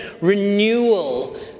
renewal